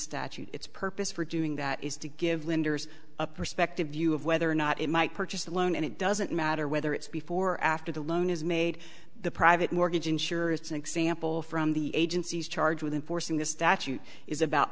statute its purpose for doing that is to give lenders a perspective view of whether or not it might purchase the loan and it doesn't matter whether it's before or after the loan is made the private mortgage insurance example from the agencies charged with enforcing this statute is about